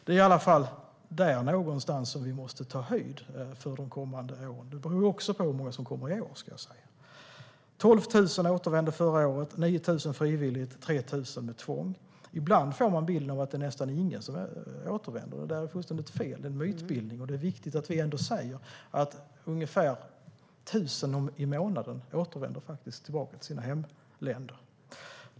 Det är i alla ungefär det som vi måste ta höjd för de kommande åren. Det beror också på hur många som kommer i år. 12 000 återvände förra året, 9 000 frivilligt och 3 000 med tvång. Ibland får man bilden av att det knappt är någon som återvänder. Det är fullständigt fel och en myt. Ungefär 1 000 i månaden återvänder faktiskt till sina hemländer.